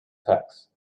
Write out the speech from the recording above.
tax